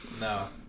No